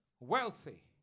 Wealthy